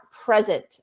present